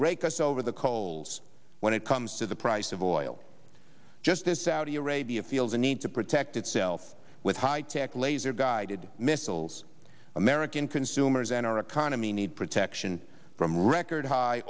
rake us over the coals when it comes to the price of oil just as saudi arabia feels a need to protect itself with high tech laser guided missiles american consumers and our economy need protection from record high